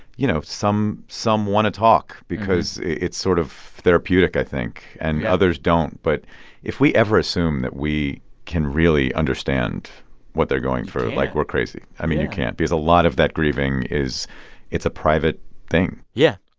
you know, some some want to talk because it's sort of therapeutic, i think, and others don't. but if we ever assume that we can really understand what they're going through. we can't. like, we're crazy. i mean, you can't because a lot of that grieving is it's a private thing yeah.